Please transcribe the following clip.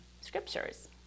scriptures